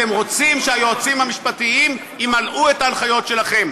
אתם רוצים שהיועצים המשפטיים ימלאו את ההנחיות שלכם.